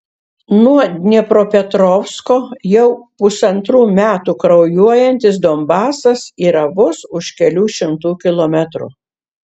nuo dniepropetrovsko jau pusantrų metų kraujuojantis donbasas yra vos už kelių šimtų kilometrų